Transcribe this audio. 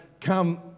come